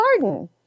garden